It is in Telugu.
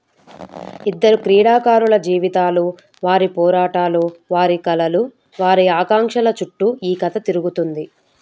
ఇద్దరు క్రీడాకారుల జీవితాలు వారి పోరాటాలు వారి కళలు వారి ఆకాంక్షల చుట్టూ ఈ కథ తిరుగుతుంది